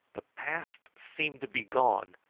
the past seemed to be gone,